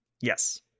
Yes